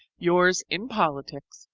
yours in politics,